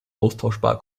austauschbar